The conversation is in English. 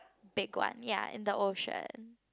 big one ya in the ocean